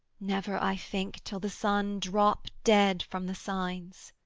never, i think, till the sun drop, dead, from the signs